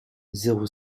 zéro